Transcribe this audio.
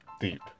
deep